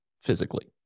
physically